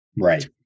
Right